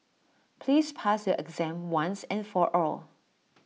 please pass your exam once and for all